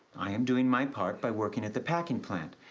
i am doing my part by working at the packing plant.